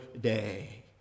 day